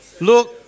look